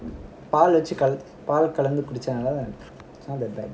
பால் வச்சுபால் கலந்து குடிச்சா:paal vachu paal kalanthu kudicha it's not that bad